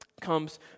comes